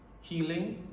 healing